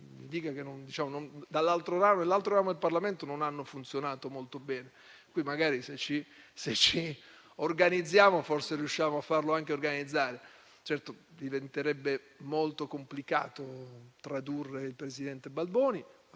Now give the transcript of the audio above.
d'onore. Nell'altro ramo del Parlamento non ha funzionato molto bene e qui, se ci organizziamo, forse riusciamo a farlo funzionare; certo, diventerebbe molto complicato tradurre il presidente Balboni,